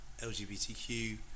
LGBTQ